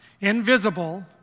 invisible